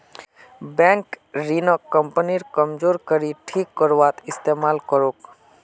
bank ऋणक कंपनीर कमजोर कड़ी ठीक करवात इस्तमाल करोक